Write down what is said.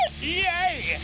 Yay